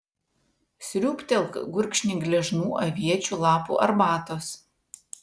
sriūbtelk gurkšnį gležnų aviečių lapų arbatos